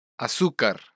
azúcar